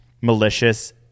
malicious